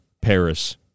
Paris